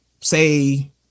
say